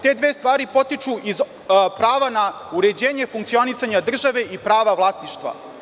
Te dve stvari potiču iz prava na uređenje funkcionisanja države i prava vlasništva.